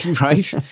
right